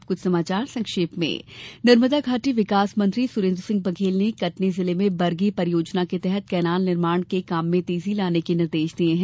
अब कुछ समाचार संक्षेप में नर्मदा घाटी विकास मंत्री सुरेन्द्र सिंह बघेल ने कटनी जिले में बर्गी पिरयोजना के तहत कैनाल निर्माण के काम में तेजी लाने के निर्देश दिये हैं